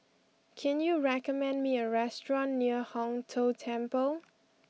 can you recommend me a restaurant near Hong Tho Temple